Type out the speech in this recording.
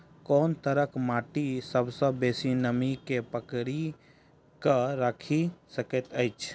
कोन तरहक माटि सबसँ बेसी नमी केँ पकड़ि केँ राखि सकैत अछि?